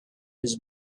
his